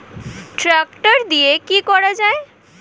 Tractor দিয়ে কি করা যায়?